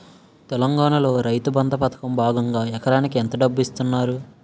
తెలంగాణలో రైతుబంధు పథకం భాగంగా ఎకరానికి ఎంత డబ్బు ఇస్తున్నారు?